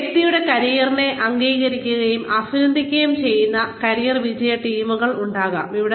ഒരു വ്യക്തിയുടെ കരിയറിനെ അംഗീകരിക്കുകയും അഭിനന്ദിക്കുകയും ചെയ്യുന്ന കരിയർ വിജയ ടീമുകൾ ഉണ്ടാകാം